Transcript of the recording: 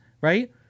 right